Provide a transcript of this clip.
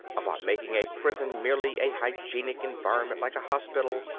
about making a prison merely a hygienic environment like a hospital,